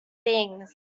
things